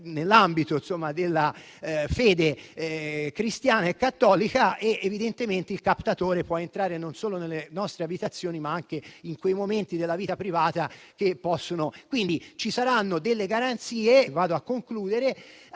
nell'ambito della fede cristiano-cattolica. Evidentemente il captatore può entrare non solo nelle nostre abitazioni, ma anche in momenti di vita privata. Quindi, saranno previste delle garanzie - vado a concludere